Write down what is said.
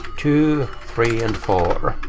two, three, and four.